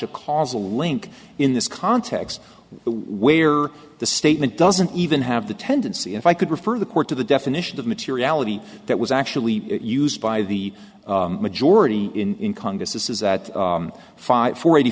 a causal link in this context where the statement doesn't even have the tendency if i could refer the court to the definition of materiality that was actually used by the majority in congress this is at five forty